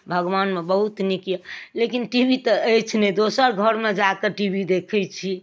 भगमानमे बहुत नीक अइ लेकिन टी वी तऽ अछि नहि दोसर घरमे जाकऽ टी वी देखै छी